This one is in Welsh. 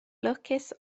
lwcus